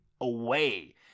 away